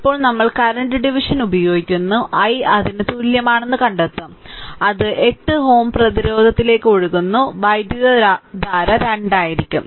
ഇപ്പോൾ നമ്മൾ current division ഉപയോഗിക്കുന്നു i അതിന് തുല്യമാണെന്ന് കണ്ടെത്തും അത് 8 Ω പ്രതിരോധത്തിലേക്ക് ഒഴുകുന്ന വൈദ്യുതധാര 2 ആയിരിക്കും